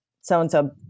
so-and-so